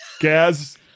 Gaz